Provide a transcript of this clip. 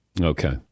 Okay